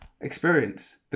experience